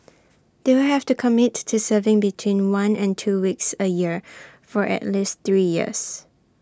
they will have to commit to serving between one and two weeks A year for at least three years